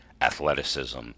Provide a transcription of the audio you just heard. athleticism